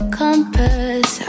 compass